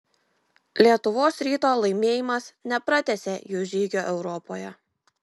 lietuvos ryto laimėjimas nepratęsė jų žygio europoje